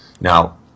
Now